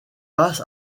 pas